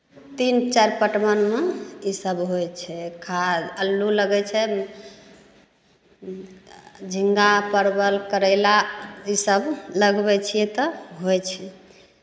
तीन चारि पटवनमे ई सब होइ छै खाद अल्लू लगै छै झींगा परवल करैला ई सब लगबै छियै तऽ होइ छै